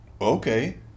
okay